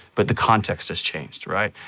but the context has changed, right?